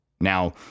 Now